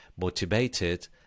motivated